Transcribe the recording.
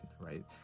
right